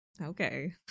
Okay